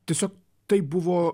tiesiog taip buvo